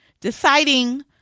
deciding